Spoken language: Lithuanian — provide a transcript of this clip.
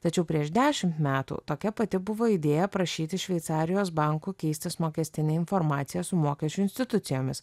tačiau prieš dešimt metų tokia pati buvo idėja prašyti šveicarijos bankų keistis mokestine informacija su mokesčių institucijomis